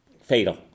fatal